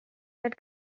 that